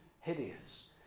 hideous